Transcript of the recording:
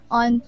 on